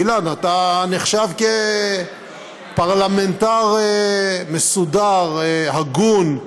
אילן, אתה נחשב לפרלמנטר מסודר, הגון.